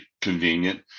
convenient